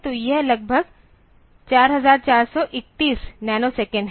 तो यह लगभग 4431 नैनोसेकंड है